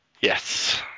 Yes